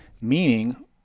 meaning